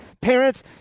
Parents